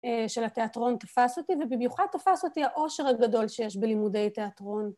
של התיאטרון תפס אותי, ובמיוחד תפס אותי האושר הגדול שיש בלימודי תיאטרון.